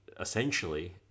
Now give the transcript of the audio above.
essentially